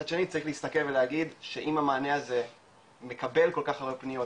מצד שני צריך להסתכל ולהגיד שאם המענה הזה מקבל כל כך הרבה פניות,